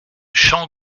champ